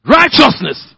righteousness